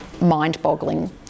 mind-boggling